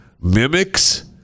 mimics